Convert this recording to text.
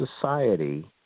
society